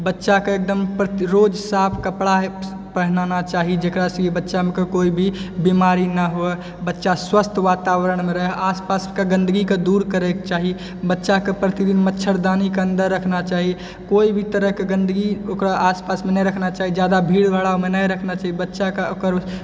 बच्चाकेँ एकदम रोज साफ कपड़ा पहनाना चाही जेकरासँ बच्चामे कोई भी बिमारी नहि होइ बच्चा स्वस्थ्य वातावरणमे रहै आसपासके गन्दगीके दूर करैके चाही बच्चाके प्रतिदिन मच्छड़दानीके अन्दर रखना चाही कोई भी तरहकेँ गन्दगी ओकरा आसपासमे नहि रखना चाही जादा भीड़ भारमे नहि रखना चाही बच्चाके ओकर